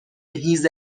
هیز